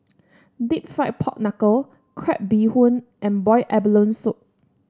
deep fried Pork Knuckle Crab Bee Hoon and Boiled Abalone Soup